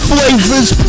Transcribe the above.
Flavors